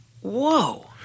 Whoa